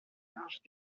large